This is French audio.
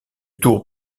tour